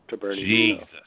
Jesus